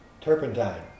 turpentine